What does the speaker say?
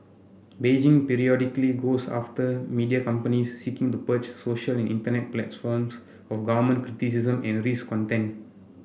Beijing periodically goes after media companies seeking to purge social internet platforms of government criticism and risque content